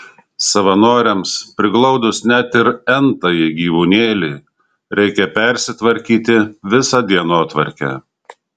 savanoriams priglaudus net ir n tąjį gyvūnėlį reikia persitvarkyti visą dienotvarkę